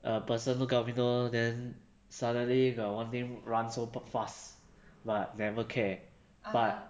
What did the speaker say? a personal governor then suddenly got one thing run super fast but never care but